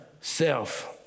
self